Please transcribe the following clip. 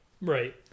Right